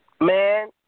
Man